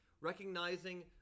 recognizing